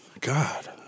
God